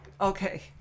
Okay